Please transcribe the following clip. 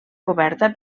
coberta